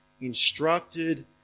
instructed